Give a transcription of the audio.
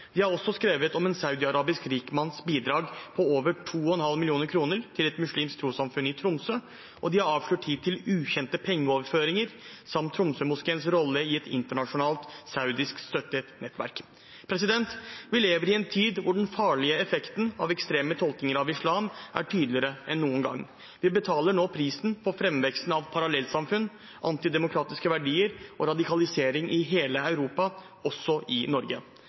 De har også skrevet om en saudiarabisk rikmanns bidrag på over 2,5 mill. kr til et muslimsk trossamfunn i Tromsø, og de har avslørt hittil ukjente pengeoverføringer samt Tromsø-moskeens rolle i et internasjonalt saudiskstøttet nettverk. Vi lever i en tid da den farlige effekten av ekstreme tolkninger av islam er tydeligere enn noen gang. Vi betaler nå prisen for framveksten av parallellsamfunn, antidemokratiske verdier og radikalisering i hele Europa, også i Norge.